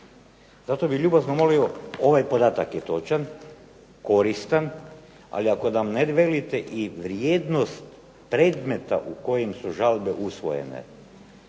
Zato bi ljubazno molio ovaj podatak je točan, koristan, ali ako … i vrijednost predmeta u kojim su žalbe usvojene